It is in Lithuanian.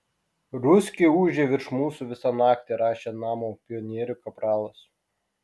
ruskiai ūžia virš mūsų visą naktį rašė namo pionierių kapralas